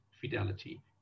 Fidelity